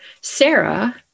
Sarah